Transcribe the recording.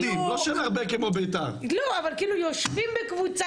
יושבים בקבוצה